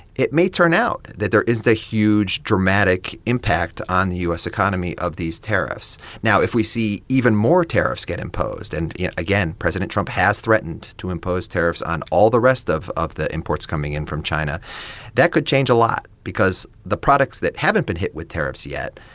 it may turn out that there isn't a huge, dramatic impact on the u s. economy of these tariffs now, if we see even more tariffs get imposed and yeah again, president trump has threatened to impose tariffs on all the rest of of the imports coming in from china that could change a lot because the products that haven't been hit with tariffs yet,